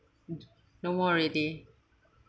no more already